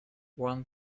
one